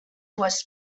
was